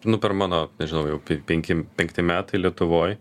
nu per mano nežinau jau jau penki penkti metai lietuvoj